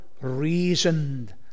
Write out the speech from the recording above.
reasoned